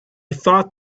thought